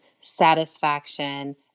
satisfaction